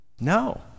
no